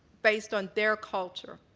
based on their culture.